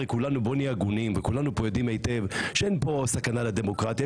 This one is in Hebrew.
בואו כולנו נהיה הגונים וכולנו יודעים היטב שאין פה סכנה לדמוקרטיה,